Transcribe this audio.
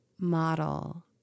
model